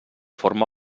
forma